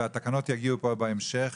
והתקנות יגיעו בהמשך,